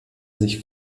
sich